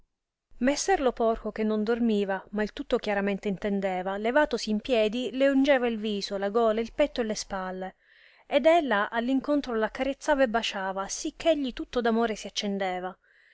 messer lo porco che non dormiva ma il tutto chiaramente intendeva levatosi in piedi le ungeva il viso la gola il petto e le spalle ed ella all incontro l accarezzava e basciava sì che egli tutto d amore si accendeva